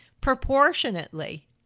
proportionately